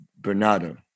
Bernardo